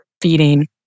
feeding